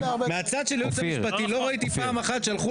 מהצד של הייעוץ המשפטי לא ראיתי פעם אחת שהלכו